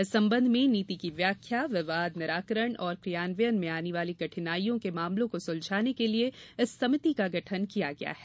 इस संबंध में नीति की व्याख्या विवाद निराकरण और क्रियान्वयन में आने वाली कठिनाइयों के मामलों को सुलझाने के लिये इस समिति का गठन किया गया है